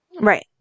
right